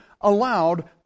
allowed